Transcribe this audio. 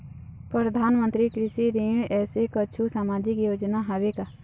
परधानमंतरी कृषि ऋण ऐसे कुछू सामाजिक योजना हावे का?